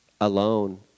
alone